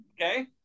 okay